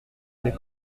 mais